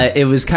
ah it was,